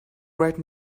right